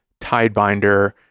Tidebinder